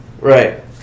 Right